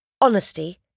honesty